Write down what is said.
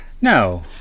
No